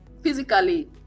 physically